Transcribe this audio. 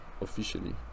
officially